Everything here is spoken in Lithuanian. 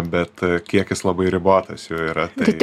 bet kiekis labai ribotas jų yra tai